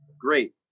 Great